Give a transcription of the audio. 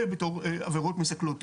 בתור עבירות מסכלות תכנון.